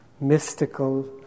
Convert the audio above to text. mystical